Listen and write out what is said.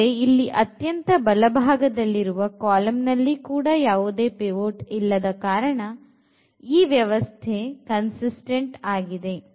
ಆದರೆ ಇಲ್ಲಿ ಅತ್ಯಂತ ಬಲಭಾಗದಲ್ಲಿರುವ ಕಾಲಂನಲ್ಲಿ ಕೂಡ ಯಾವುದೇ ಪಿವೋಟ್ ಇಲ್ಲದ ಕಾರಣ ಈ ವ್ಯವಸ್ಥೆ consistant ಆಗಿದೆ